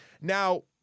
Now